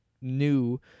new